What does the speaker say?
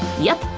yep,